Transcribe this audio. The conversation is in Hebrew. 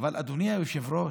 אבל אדוני היושב-ראש,